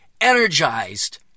energized